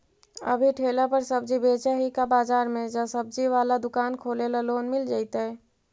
अभी ठेला पर सब्जी बेच ही का बाजार में ज्सबजी बाला दुकान खोले ल लोन मिल जईतै?